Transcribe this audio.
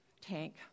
tank